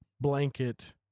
blanket